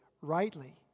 rightly